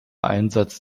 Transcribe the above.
einsatz